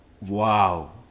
Wow